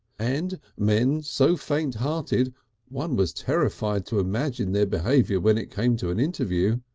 and men so faint-hearted one was terrified to imagine their behaviour when it came to an interview.